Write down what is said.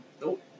Nope